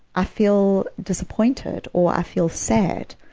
i feel disappointed. or i feel sad.